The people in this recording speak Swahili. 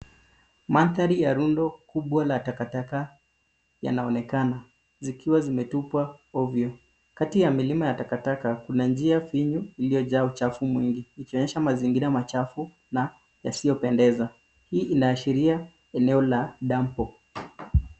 Mandhari ya rundo kubwa la takataka yanaonekana zikiwa zimetupwa ovyo, kati ya milima ya takataka kuna njia finyo iliyojaa uchafu mwingi ikionyesha mazingira machafu na yasiyopendeza. Hii inaashiria eneo la dampo.